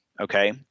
okay